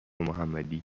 محمدی